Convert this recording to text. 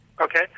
Okay